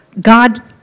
God